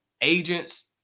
agents